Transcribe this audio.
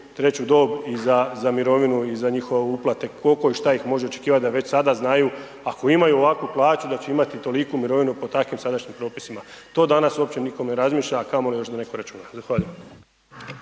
treću dob i za mirovinu i za njihove uplate, koliko i šta ih može očekivati da već sada znaju ako imaju ovakvu plaću da će imati toliku mirovinu po takvim sadašnjim propisima. To danas uopće nitko ne razmišlja, a kamoli da još netko računa. Zahvaljujem.